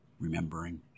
remembering